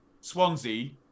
Swansea